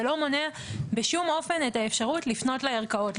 זה לא מונע בשום אופן את האפשרות לפנות לערכאות.